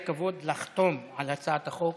אבוטבול, יש לי הכבוד לחתום על הצעת החוק